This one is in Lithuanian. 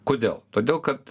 kodėl todėl kad